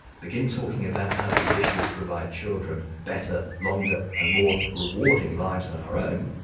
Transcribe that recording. begin talking about how these issues provide children better, longer and more rewarding lives than our own,